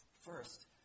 First